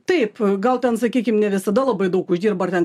taip gal ten sakykim ne visada labai daug uždirba ar ten